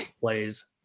plays